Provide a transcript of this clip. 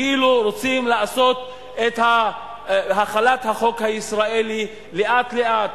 כאילו רוצים לעשות את החלת החוק הישראלי לאט-לאט,